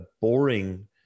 boring